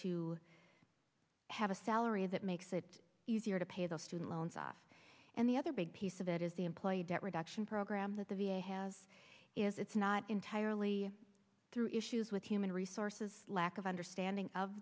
to have a salary that makes it easier to pay those student loans off and the other big piece of it is the employee debt reduction program that the v a has is it's not entirely through issues with human resources lack of understanding of